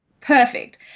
perfect